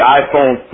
iPhone